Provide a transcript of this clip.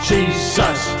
Jesus